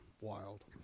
Wild